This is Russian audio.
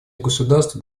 государства